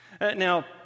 Now